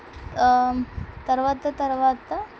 తర్వాత తర్వాత